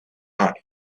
are